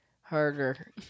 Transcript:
harder